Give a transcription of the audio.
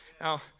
Now